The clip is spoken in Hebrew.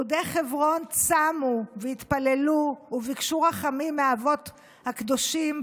יהודי חברון צמו והתפללו וביקשו רחמים מהאבות הקדושים,